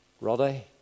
Roddy